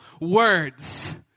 words